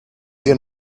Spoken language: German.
wir